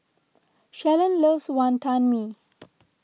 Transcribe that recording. Shalon loves Wantan Mee